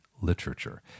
literature